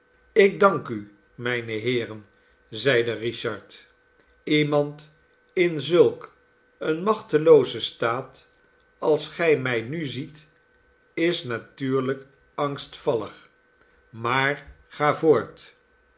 ik dank u mijne heeren i zeide richard iemand in zulk een machteloozen staat als gij mij nu ziet is natuurlijk angstvallig maar ga voort